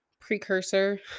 precursor